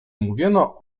mówiono